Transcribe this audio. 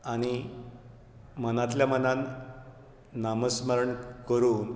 आनी मनांतल्या मनांत नामस्मरण करून